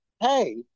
Hey